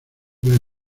puede